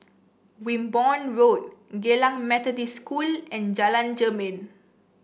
Wimborne Road Geylang Methodist School and Jalan Jermin